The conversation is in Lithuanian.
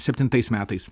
septintais metais